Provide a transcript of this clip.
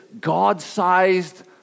God-sized